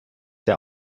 der